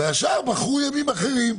השאר בחרו ימים אחרים.